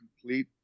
complete